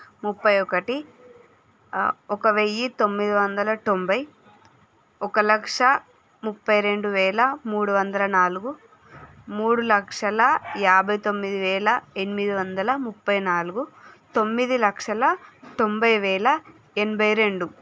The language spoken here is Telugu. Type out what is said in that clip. ముప్ఫై ఒకటి ఒక వెయ్యి తొమ్మిదివందల తొంభై ఒక లక్ష ముప్ఫై రెండు వేల మూడు వందల నాలుగు మూడు లక్షల యాభై తొమ్మిదివేల ఎనిమిది వందల ముప్ఫై నాలుగు తొమ్మిది లక్షల తొంభై వేల ఎనభై రెండు